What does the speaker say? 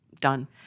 done